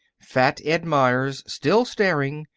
fat ed meyers, still staring,